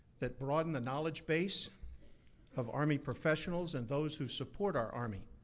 that broaden the knowledge base of army professionals and those who support our army.